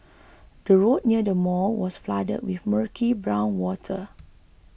the road near the mall was flooded with murky brown water